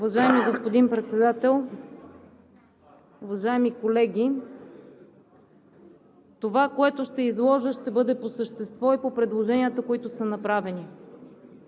Уважаеми господин Председател, уважаеми колеги! Това, което ще изложа, ще бъде по същество и по предложенията, които са направени.